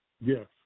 Yes